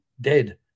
dead